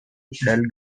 dull